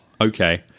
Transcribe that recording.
okay